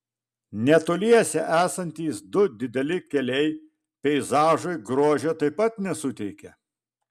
netoliese esantys du dideli keliai peizažui grožio taip pat nesuteikia